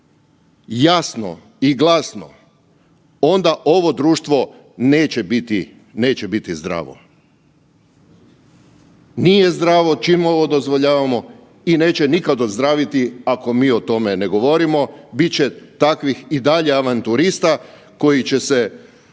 jasno i glasno onda ovo društvo neće biti zdravo. Nije zdravo čim ovo dozvoljavamo i neće nikada ozdraviti ako mi o tome ne govorimo, bit će takvih i dalje avanturista koji će se